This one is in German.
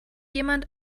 jemand